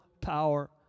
power